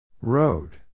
Road